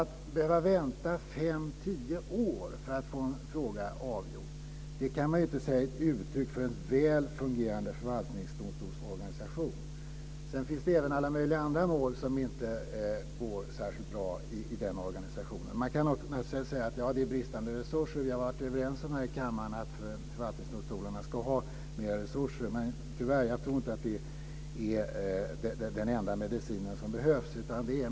Att behöva vänta fem-tio år för att få en fråga avgjord kan man inte säga är uttryck för en väl fungerande förvaltningsdomstolsorganisation. Dessutom finns det alla möjliga andra mål som inte går särskilt bra i den organisationen. Man kan säga att det beror på bristande resurser. Vi har varit överens här i kammaren om att förvaltningsdomstolarna ska ha mer resurser. Men, tyvärr, jag tror inte att det är den enda medicinen som behövs.